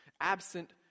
absent